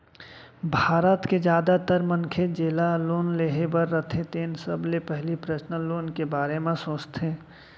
भारत के जादातर मनखे जेला लोन लेहे बर रथे तेन सबले पहिली पर्सनल लोन के बारे म सोचथे